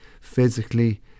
physically